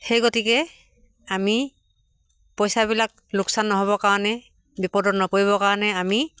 সেই গতিকে আমি পইচাবিলাক লোকচান নহ'ব কাৰণে বিপদত নপৰিবৰ কাৰণে আমি